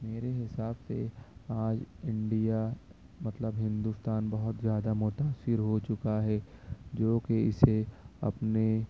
میرے حساب سے آج انڈیا مطلب ہندوستان بہت زیادہ متاثر ہو چکا ہے جو کہ اسے اپنے